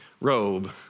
robe